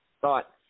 thought